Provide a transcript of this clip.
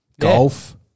Golf